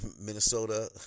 Minnesota